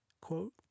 Quote